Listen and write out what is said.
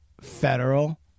federal